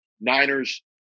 Niners